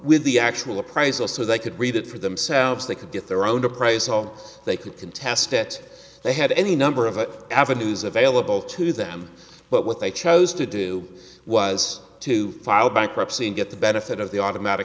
with the actual appraisal so they could read it for themselves they could get their own to price all they could contest it they had any number of avenues available to them but what they chose to do was to file bankruptcy and get the benefit of the automatic